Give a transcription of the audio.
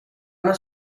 una